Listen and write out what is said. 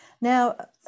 Now